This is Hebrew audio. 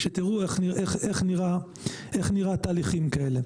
שתראו איך נראים תהליכים כאלה.